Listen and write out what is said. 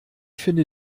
finde